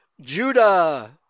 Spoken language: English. Judah